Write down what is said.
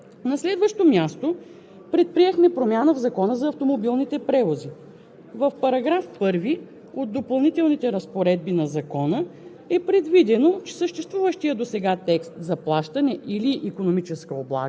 Броят на сделките и техният размер, реализираната печалба, са без значение, както без значение е дали това е основният източник на доходи. На следващо място, предприехме промяна в Закона за автомобилните превози.